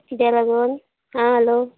किद्या लागून आ हॅलो